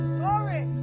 glory